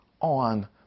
on